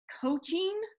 coaching